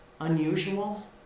unusual